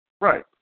Right